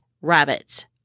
rabbits